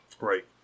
Right